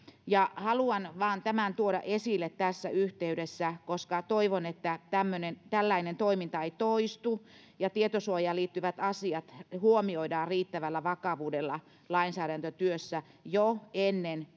haluan vain tämän tuoda esille tässä yhteydessä koska toivon että tällainen tällainen toiminta ei toistu ja tietosuojaan liittyvät asiat huomioidaan riittävällä vakavuudella lainsäädäntötyössä jo ennen